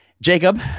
Jacob